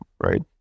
right